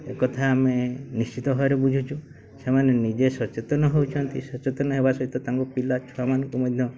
ଏକଥା ଆମେ ନିଶ୍ଚିତ ଭାବରେ ବୁଝୁଛୁ ସେମାନେ ନିଜେ ସଚେତନ ହେଉଛନ୍ତି ସଚେତନ ହେବା ସହିତ ତାଙ୍କ ପିଲା ଛୁଆମାନଙ୍କୁ ମଧ୍ୟ